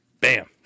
bam